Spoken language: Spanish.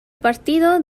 partido